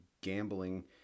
gambling